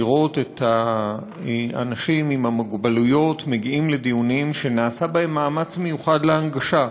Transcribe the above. לראות אנשים עם מוגבלות מגיעים לדיונים שנעשה בהם מאמץ מיוחד של הנגשה,